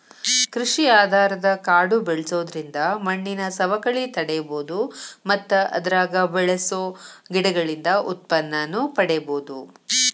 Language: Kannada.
ಕೃಷಿ ಆಧಾರದ ಕಾಡು ಬೆಳ್ಸೋದ್ರಿಂದ ಮಣ್ಣಿನ ಸವಕಳಿ ತಡೇಬೋದು ಮತ್ತ ಅದ್ರಾಗ ಬೆಳಸೋ ಗಿಡಗಳಿಂದ ಉತ್ಪನ್ನನೂ ಪಡೇಬೋದು